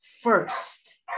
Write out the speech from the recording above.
first